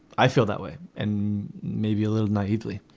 i feel that way and maybe a little naively